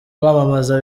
kwamamaza